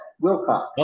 Wilcox